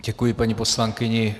Děkuji paní poslankyni.